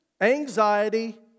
anxiety